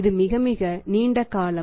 இது மிக மிக நீண்ட கடன் காலம்